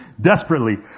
desperately